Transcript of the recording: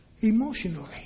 emotionally